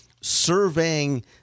surveying